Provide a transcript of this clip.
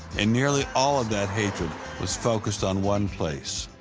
and nearly all of that hatred was focused on one place.